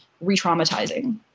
re-traumatizing